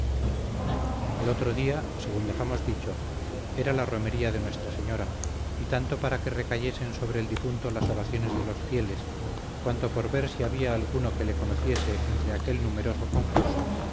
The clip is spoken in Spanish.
al otro día según dejamos dicho era la romería de nuestra señora y tanto para que recayesen sobre el difunto las oraciones de los fieles cuanto por ver si había alguno que le conociese entre aquel numeroso concurso